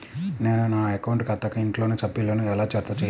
నేను నా అకౌంట్ ఖాతాకు ఇంట్లోని సభ్యులను ఎలా జతచేయాలి?